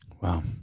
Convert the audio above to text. Wow